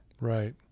Right